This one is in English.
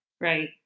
Right